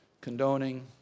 condoning